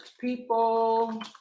People